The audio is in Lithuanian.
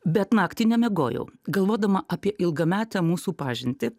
bet naktį nemiegojau galvodama apie ilgametę mūsų pažintį